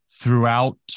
Throughout